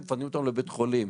מפנים אותו לבית חולים.